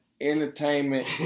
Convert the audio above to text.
entertainment